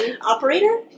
operator